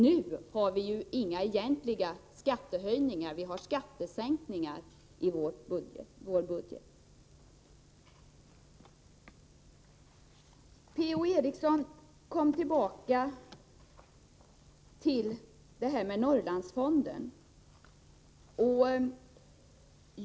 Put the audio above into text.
Nu har vi inga egentliga skattehöjningar, utan vi har föreslagit skattesänkningar i vår budget. Per-Ola Eriksson kom tillbaka till det här med Norrlandsfonden.